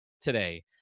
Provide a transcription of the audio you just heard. today